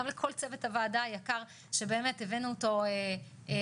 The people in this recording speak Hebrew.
גם לכל צוות הוועדה היקר שבאמת הבאנו אותו מהפגרה,